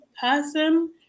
person